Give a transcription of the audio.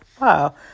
wow